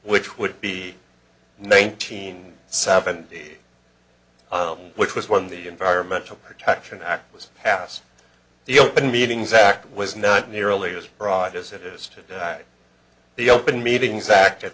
which would be nineteen seven which was when the environmental protection act was passed the open meetings act was not nearly as broad as it is today the open meetings act